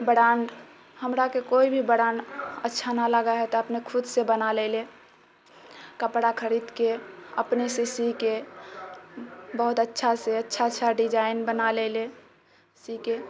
brand हमराके कोइ भी ब्राण्ड अच्छा नहि लागै हइ तऽ अपने खुदसँ बना लेलहुँ कपड़ा खरीदके अपनेसँ सीकऽ बहुत अच्छासँ अच्छा अच्छा डिजाइन बना लेलहुँ सीकऽ